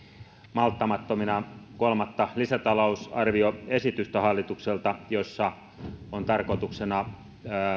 malttamattomina hallitukselta kolmatta lisäta lousarvioesitystä jossa on tarkoituksena